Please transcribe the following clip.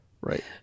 Right